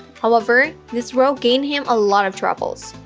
however, this role gained him a lot of troubles.